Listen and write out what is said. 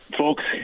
Folks